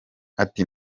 ati